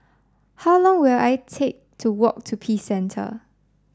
how long will I take to walk to Peace Centre